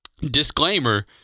disclaimer